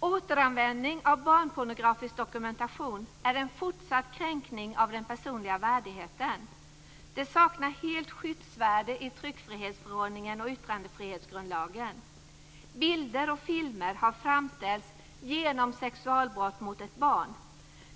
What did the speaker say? Återanvändning av barnpornografisk dokumentation är en fortsatt kränkning av den personliga värdigheten. Det saknar helt skyddsvärde i tryckfrihetsförordningen och yttrandefrihetsgrundlagen. Bilder och filmer har framställts genom sexualbrott mot ett barn.